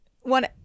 one